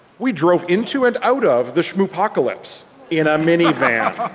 we drove into and out of the shmoopocolypse in a mini-van.